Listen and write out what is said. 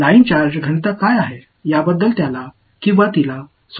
line charge அடர்த்தி எது என்பதில் அவர்கள் ஆர்வம் காட்டவில்லை